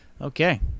okay